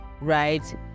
right